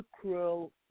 cruel